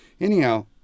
Anyhow